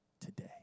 today